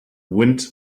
wind